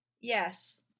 Yes